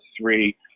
three